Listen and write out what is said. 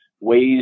ways